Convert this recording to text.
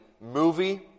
movie